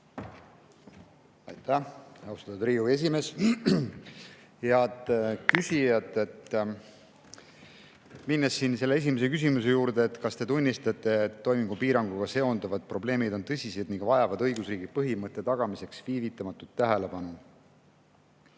ei ole. Austatud Riigikogu esimees! Head küsijad! Lähen selle esimese küsimuse juurde: "Kas Te tunnistate, et toimingupiiranguga seonduvad probleemid on tõsised ning vajavad õigusriigi põhimõtte tagamiseks viivitamatut tähelepanu?"